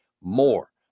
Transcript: more